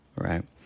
Right